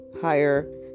higher